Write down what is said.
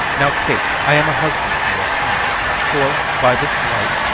now, kate, i am a husband for your turn for, by this light,